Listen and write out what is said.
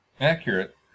Accurate